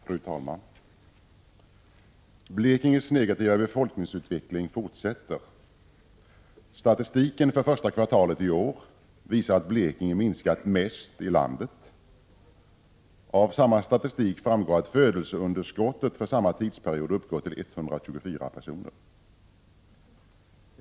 Fru talman! Blekinges negativa befolkningsutveckling fortsätter. Statistiken för första kvartalet i år visar att Blekinges befolkning minskar mest i landet. Av samma statistik framgår att födelseunderskottet för samma tidsperiod uppgår till 124 personer.